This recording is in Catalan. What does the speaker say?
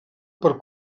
per